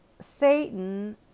Satan